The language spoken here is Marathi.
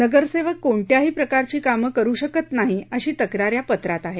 नगरसेवक कोणत्याही प्रकारची कामं करू शकत नाही अशी तक्रार या पत्रात केली आहे